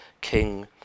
King